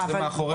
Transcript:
זה מאחורינו,